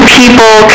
people